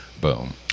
Boom